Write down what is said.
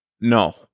No